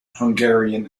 hungarian